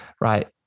right